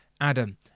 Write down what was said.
Adam